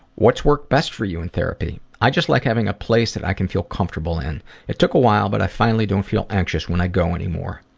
what's worked best for you in therapy? i just like having a place that i can feel comfortable in. it took a while, but i finally don't feel anxious when i go any more.